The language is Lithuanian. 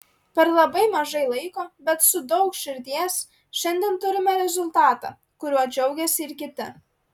per labai mažai laiko bet su daug širdies šiandien turime rezultatą kuriuo džiaugiasi ir kiti